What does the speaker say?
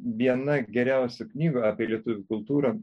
viena geriausių knygų apie lietuvių kultūrą